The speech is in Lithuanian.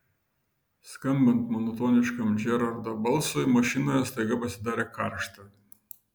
skambant monotoniškam džerardo balsui mašinoje staiga pasidarė karšta